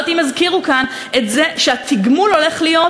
אני לא יודעת אם הזכירו כאן את זה שהתגמול שיקבלו